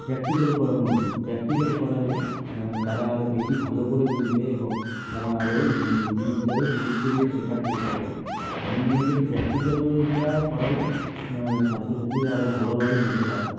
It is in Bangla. প্র্যাকটিক্যাল করানো উচিত প্র্যাকটিক্যাল করালে তারা আরও বেশি ভালো করে বুঝবে এবং তারা আরও জিনিসটাকে গুরুত্ব দিয়ে শেখার চেষ্টা করবে আমি মনে করি প্র্যাকটিক্যালটা করালে ছাত্রছাত্রীরা আরও ভালোভাবে নিতে পারবে